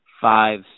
Five